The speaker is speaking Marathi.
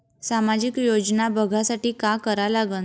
सामाजिक योजना बघासाठी का करा लागन?